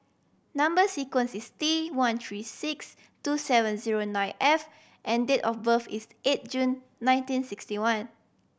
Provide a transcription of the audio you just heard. number sequence is T one three six two seven zero nine F and date of birth is eight June nineteen sixty one